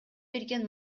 берген